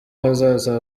ahazaza